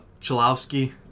Chalowski